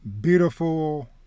beautiful